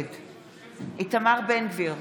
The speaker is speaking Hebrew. נגד איתמר בן גביר,